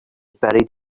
buried